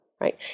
right